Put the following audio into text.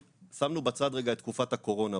שמנו בצד רגע את תקופת הקורונה,